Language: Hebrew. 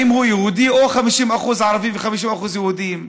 האם הוא יהודי או 50% ערבים ו-50% יהודים?